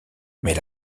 mais